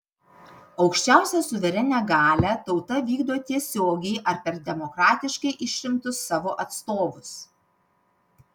aukščiausią suverenią galią tauta vykdo tiesiogiai ar per demokratiškai išrinktus savo atstovus